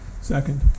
Second